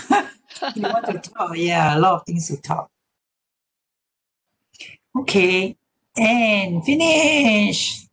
ya lot of things to talk okay and finish